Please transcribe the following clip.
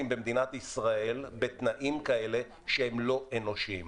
במדינת ישראל בתנאים כאלה שהם לא אנושיים.